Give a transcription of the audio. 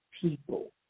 people